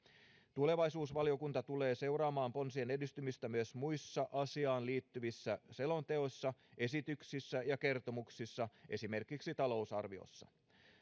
tulevaisuusvaliokunta tulee seuraamaan ponsien edistymistä myös muissa asiaan liittyvissä selonteoissa esityksissä ja kertomuksissa esimerkiksi talousarviossa